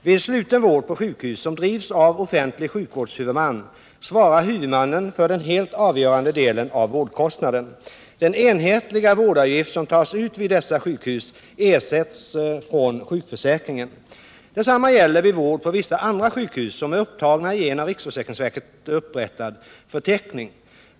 Vid sluten vård på sjukhus som drivs av offentlig sjukvårdshuvudman svarar huvudmannen för den helt avgörande delen av vårdkostnaden. Den enhetliga vårdavgift som tas ut vid dessa sjukhus ersätts från sjukförsäkringen. Detsamma gäller vid vård på vissa andra sjukhus, som är upptagna i en av riksförsäkringsverket upprättad förteckning.